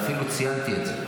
ואפילו ציינתי את זה.